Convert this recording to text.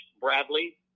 Bradley